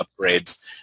upgrades